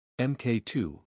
MK2